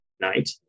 night